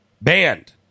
Banned